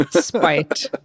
Spite